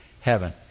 heaven